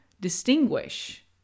distinguish